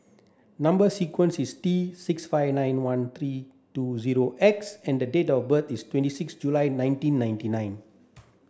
number sequence is T six five nine one three two zero X and date of birth is twenty six July nineteen ninety nine